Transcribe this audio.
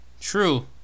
True